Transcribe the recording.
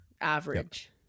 average